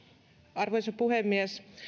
arvoisa puhemies